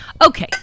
okay